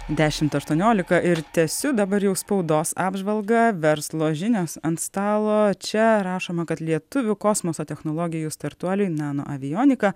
dešimt aštuoniolika ir tęsiu dabar jau spaudos apžvalgą verslo žinios ant stalo čia rašoma kad lietuvių kosmoso technologijų startuoliui nano avionika